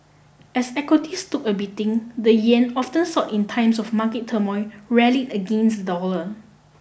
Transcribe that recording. as equities took a beating the yen often sought in times of market turmoil rally against the dollar